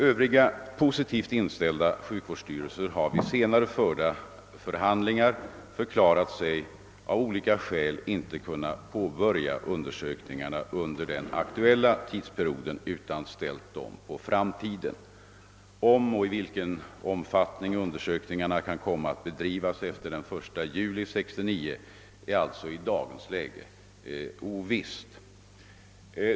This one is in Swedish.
Övriga positivt inställda sjukvårdsstyrelser har vid senare förda förhandlingar förklarat sig av olika skäl inte kunna påbörja undersökningarna under den aktuella tidsperioden utan ställt dem på framtiden. Om och i vilken omfattning undersökningarna kan komma att bedrivas efter den 1 juli 1969 är alltså 1 dagens läge ovisst.